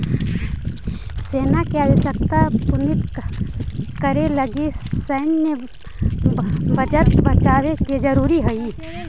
सेना के आवश्यकता पूर्ति करे लगी सैन्य बजट बढ़ावे के जरूरी हई